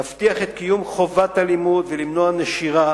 להבטיח את קיום חובת הלימוד ולמנוע נשירה,